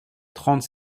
trente